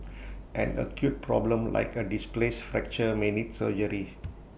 an acute problem like A displaced fracture may need surgery